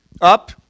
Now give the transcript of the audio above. up